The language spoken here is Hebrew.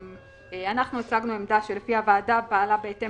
אנחנו הצגנו עמדה שלפיה הוועדה פעלה בהתאם